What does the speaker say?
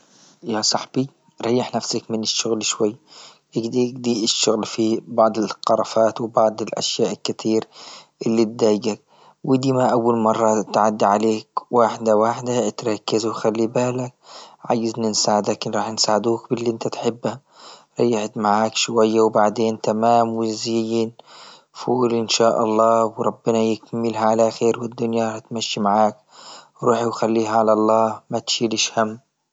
يا صاحبي ريح نفسك من الشغل شوي، دي- دي الشغل في بعض القرفات وبعض أشياء كتير اللي دايقك، ودي ما أول مرة تعدي عليك واحدة واحدة تتركز وخلي بالك، عايزني نساعدك راح نساعدوك باللي انت تحبه أقعد معك شوية بعدين تمام وزين، فول إن شاء الله وربنا يكملها على خير والدنيا هتمشي معك، روحي وخليها على الله ما تشيليش هم.